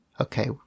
okay